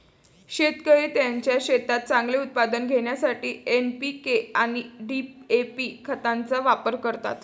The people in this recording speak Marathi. शेतकरी त्यांच्या शेतात चांगले उत्पादन घेण्यासाठी एन.पी.के आणि डी.ए.पी खतांचा वापर करतात